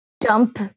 dump